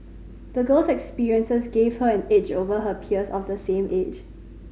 the girl's experiences gave her an edge over her peers of the same age